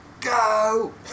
Go